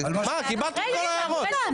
קיבלת את כל ההערות.